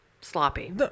sloppy